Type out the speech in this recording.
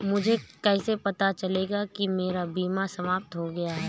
मुझे कैसे पता चलेगा कि मेरा बीमा समाप्त हो गया है?